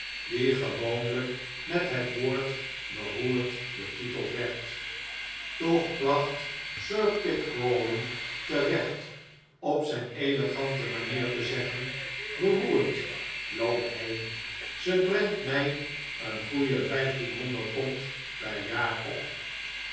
die gewoonlijk met het woord beroerd betiteld werd toch placht sir pitt crawley terecht op zijn elegante manier te zeggen beroerd loop heen ze brengt raij een goeie vijftien honderd pond per jaar op